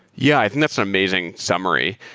yeah. i think that's an amazing summary.